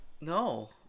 No